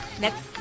next